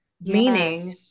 meaning